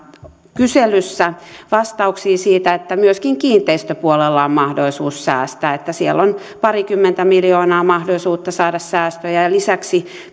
kyselyssä vastauksia siitä että myöskin kiinteistöpuolella on mahdollisuus säästää että siellä on parikymmentä miljoonaa mahdollista saada säästöjä ja lisäksi